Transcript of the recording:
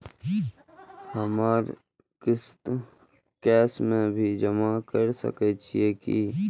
हमर किस्त कैश में भी जमा कैर सकै छीयै की?